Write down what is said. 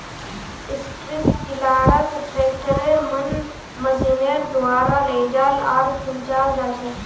strip टीलारक ट्रैक्टरेर मन मशीनेर द्वारा लेजाल आर खींचाल जाछेक